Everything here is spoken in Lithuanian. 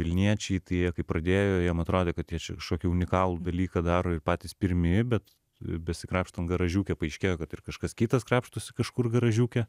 vilniečiai tai jie kaip pradėjo jiem atrodė kad jie čia kažkokį unikalų dalyką daro ir patys pirmi bet besikrapštant garažiuke paaiškėjo kad ir kažkas kitas krapštosi kažkur garažiuke